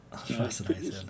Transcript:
fascinating